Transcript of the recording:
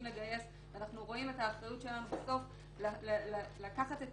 לגייס ואנחנו רואים את האחריות שלנו לקחת את